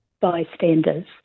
bystanders